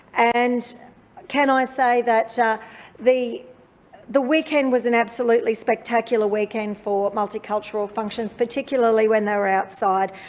and can i say that the the weekend was an absolutely spectacular weekend for multicultural functions, particularly when they were outside.